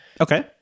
okay